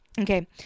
Okay